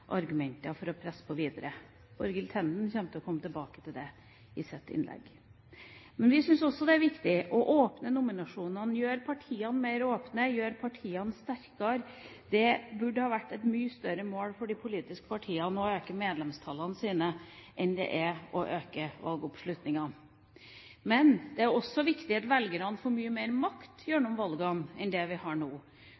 argumenter for å presse på videre. Borghild Tenden kommer tilbake til dette i sitt innlegg. Vi synes også det er viktig å åpne nominasjonene, gjøre partiene mer åpne og gjøre partiene sterkere. Å øke medlemstallene sine burde være et mye større mål for de politiske partiene enn å øke valgoppslutninga. Det er også viktig at velgerne får mye mer makt